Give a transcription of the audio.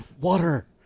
Water